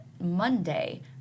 monday